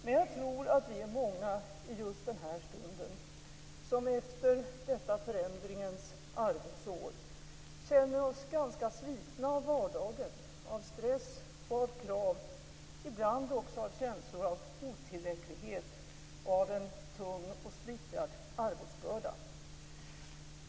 Men jag tror att vi är många i just den här stunden som efter detta förändringens arbetsår känner oss ganska slitna av vardagen, av stress och krav, ibland också av känslor av otillräcklighet, och av en tung och splittrad arbetsbörda.